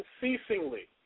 unceasingly